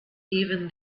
even